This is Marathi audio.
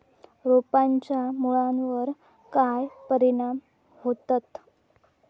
रोपांच्या मुळावर काय परिणाम होतत?